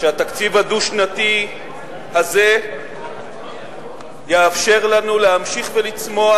שהתקציב הדו-שנתי הזה יאפשר לנו להמשיך ולצמוח